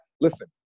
Listen